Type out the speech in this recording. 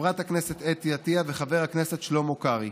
חברת הכנסת אתי עטייה וחבר הכנסת שלמה קרעי,